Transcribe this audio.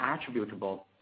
attributable